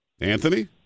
anthony